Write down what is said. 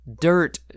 dirt